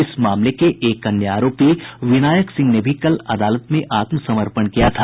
इस मामले के एक अन्य आरोपी विनायक सिंह ने भी कल अदालत में आत्मसमर्पण किया था